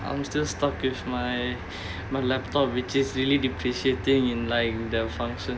I'm still stuck with my my laptop which is really depreciating in like in the function